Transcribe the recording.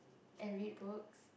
and read books